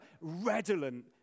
redolent